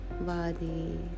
body